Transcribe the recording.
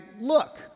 look